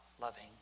loving